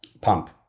Pump